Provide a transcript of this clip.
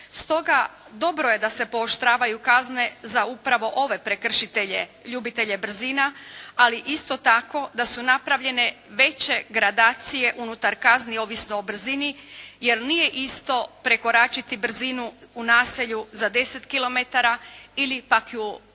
Stoga dobro je da se pooštravaju kazne za upravo ove prekršitelje ljubitelje brzina, ali isto tako da su napravljene veće gradacije unutar kazni ovisno o brzini, jer nije isto prekoračiti brzinu u naselju za 10 kilometara ili pak ju